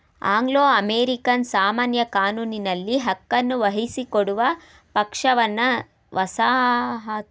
Anglo American ಸಾಮಾನ್ಯ ಕಾನೂನಿನಲ್ಲಿ ಹಕ್ಕನ್ನು ವಹಿಸಿಕೊಡುವ ಪಕ್ಷವನ್ನ ವಸಾಹತುಗಾರ ಎಂದು ಕರೆಯುತ್ತಾರೆ